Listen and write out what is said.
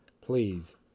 Please